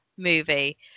Movie